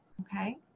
Okay